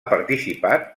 participat